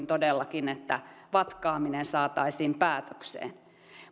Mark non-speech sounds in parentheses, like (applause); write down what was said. (unintelligible) todellakin että vatkaaminen saataisiin päätökseen